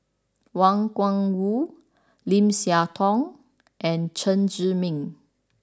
Wang Gungwu Lim Siah Tong and Chen Zhiming